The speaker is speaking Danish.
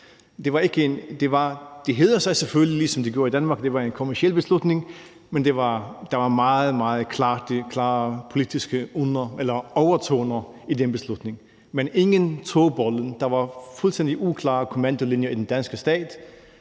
Det hedder sig selvfølgelig, som det gjorde i Danmark, at det var en kommerciel beslutning, men der var meget, meget klare politiske overtoner i den beslutning. Men ingen tog bolden. Der var fuldstændig uklare kommandolinjer i den danske stat.